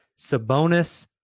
Sabonis